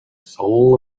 soul